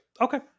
Okay